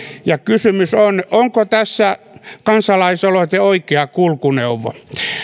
ja kysymys on onko tässä kansalaisaloite oikea kulkuneuvo